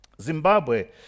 Zimbabwe